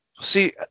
See